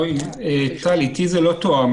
איתי זה לא תואם,